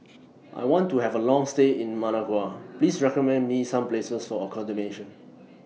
I want to Have A Long stay in Managua Please recommend Me Some Places For accommodation